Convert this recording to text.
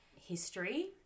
history